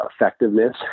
effectiveness